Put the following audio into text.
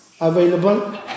available